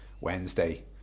Wednesday